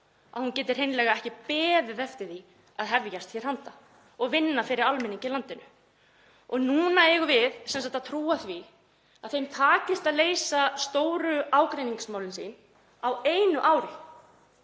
að hún geti hreinlega ekki beðið eftir því að hefjast hér handa og vinna fyrir almenning í landinu. Núna eigum við sem sagt að trúa því að þeim takist að leysa stóru ágreiningsmálin sín á einu ári